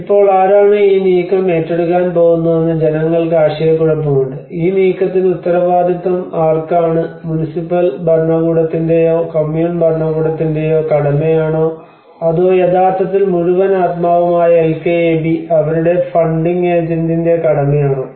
ഇപ്പോൾ ആരാണ് ഈ നീക്കം ഏറ്റെടുക്കാൻ പോകുന്നതെന്ന് ജനങ്ങൾക്ക് ആശയക്കുഴപ്പമുണ്ട് ഈ നീക്കത്തിന് ഉത്തരവാദിത്വം ആർക്കാണ് മുനിസിപ്പൽ ഭരണകൂടത്തിന്റേയോ കൊമ്മുൻ ഭരണകൂടത്തിന്റേയോ കടമയാണോ അതോ യഥാർത്ഥത്തിൽ മുഴുവൻ ആത്മാവും ആയ എൽകെഎബി അവരുടെ ഫണ്ടിംഗ് ഏജന്റിന്റെ കടമയാണോ